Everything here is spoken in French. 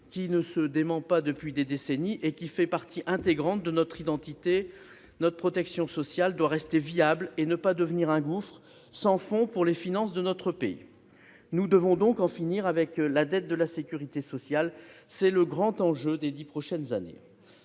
qui ne se dément pas depuis des décennies et qui fait partie intégrante de notre identité, notre protection sociale doit rester viable et ne pas devenir un gouffre sans fond pour les finances de notre pays. Nous devons donc en finir avec la dette de la sécurité sociale ; c'est le grand enjeu des dix prochaines années.